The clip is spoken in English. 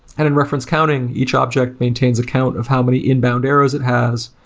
and in reference counting, each object maintains account of how many inbound errors it has.